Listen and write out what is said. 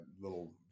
little